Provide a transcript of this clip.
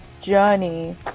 journey